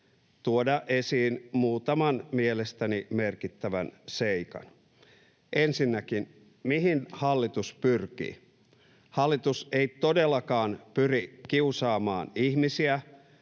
tuoda esiin muutaman mielestäni merkittävän seikan. Ensinnäkin, mihin hallitus pyrkii? Hallitus ei todellakaan pyri kiusaamaan ihmisiä